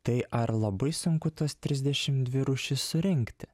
tai ar labai sunku tuos trisdešim dvi rūšis surinkti